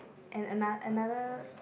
and ano~ another